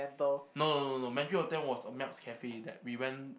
no no no no no Mandarin Hotel was a melts cafe that we went